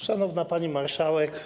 Szanowna Pani Marszałek!